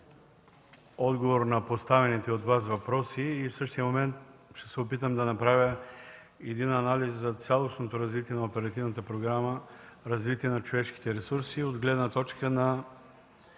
отговор на поставените от Вас въпроси и в същия момент ще се опитам да направя анализ за цялостното развитие на Оперативна програма „Развитие на човешките ресурси”